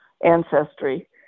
ancestry